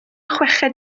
chweched